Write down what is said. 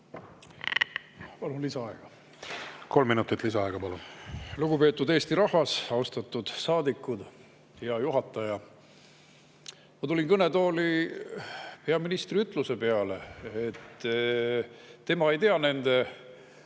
lisaaega, palun! Kolm minutit lisaaega, palun! Lugupeetud Eesti rahvas! Austatud saadikud! Hea juhataja! Ma tulin kõnetooli peaministri ütluse peale, et tema ei tea nende